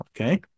okay